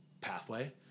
pathway